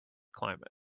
climate